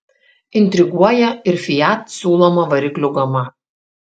intriguoja ir fiat siūloma variklių gama